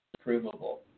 provable